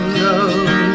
love